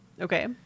Okay